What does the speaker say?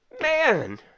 man